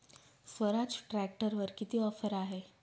स्वराज ट्रॅक्टरवर किती ऑफर आहे?